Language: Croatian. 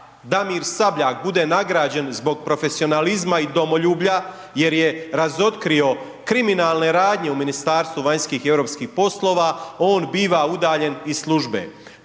Damir Sabljak bude nagrađen zbog profesionalizma i domoljublja jer je razotkrio kriminalne radnje u Ministarstvu vanjskih i europskih poslova, on biva udaljen iz službe.